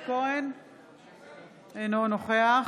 אינו נוכח